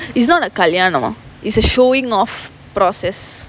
it's not a கல்யாணம்:kalyanam it's a showing off process